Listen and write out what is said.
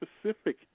specific